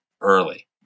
early